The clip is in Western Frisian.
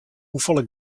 hoefolle